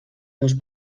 seus